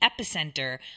epicenter